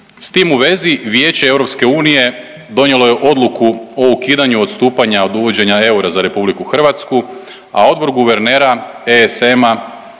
S tim u vezi, Vijeće EU donijelo je odluku o ukidanju odstupanja od uvođenje eura za RH, a Odbor guvernera ESM-a